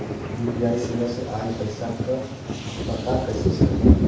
UPI सेवा से ऑयल पैसा क पता कइसे चली?